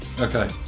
Okay